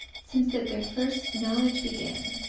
since that their firste knowledge began,